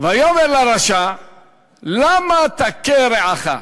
"ויאמר לרשע למה תכה רעך".